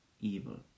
evil